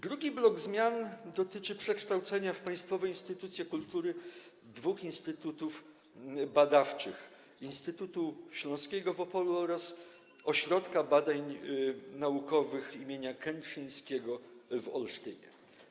Drugi blok zmian dotyczy przekształcenia w państwowe instytucje kultury dwóch instytutów badawczych, Instytutu Śląskiego w Opolu oraz Ośrodka Badań Naukowych im. Kętrzyńskiego w Olsztynie.